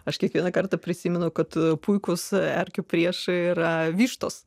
aš kiekvieną kartą prisimenu kad puikūs erkių priešai yra vištos